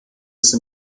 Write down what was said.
des